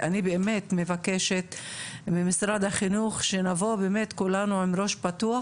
ואני באמת מבקשת ממשרד החינוך שנבוא באמת כולנו עם ראש פתוח,